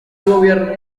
gobierno